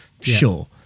Sure